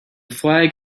flag